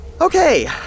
Okay